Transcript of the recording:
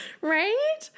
right